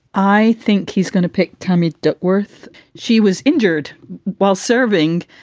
i think he's going to pick tammy duckworth. she was injured while serving.